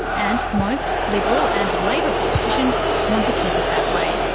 and most liberal and labor politicians want to keep it that way,